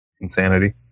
insanity